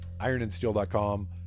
ironandsteel.com